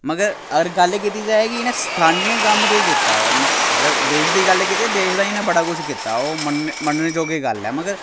मगर अगर गल्ल कीती जाए कि इ'नें स्थान्नी कम्म केह् कीता अगर देश दी गल्ल कीती देश दा इ'नें बड़ा कुछ कीता ओह् मन्नने जोगी गल्ल ऐ मगर